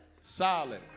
Solid